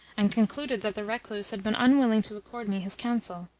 and concluded that the recluse had been unwilling to accord me his counsel.